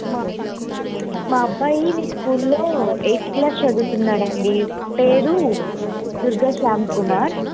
మా మా అబ్బాయి మీ స్కూల్ లో ఎయిత్ క్లాస్ చదువుతున్నాడండి పేరు దుర్గా శ్యామ్ కుమార్